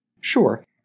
Sure